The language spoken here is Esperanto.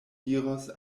diros